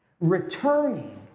returning